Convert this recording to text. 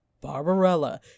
barbarella